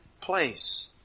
place